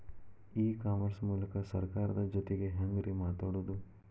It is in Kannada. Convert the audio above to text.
ಇ ಕಾಮರ್ಸ್ ಮೂಲಕ ಸರ್ಕಾರದ ಜೊತಿಗೆ ಹ್ಯಾಂಗ್ ರೇ ಮಾತಾಡೋದು?